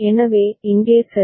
எனவே இங்கே சரி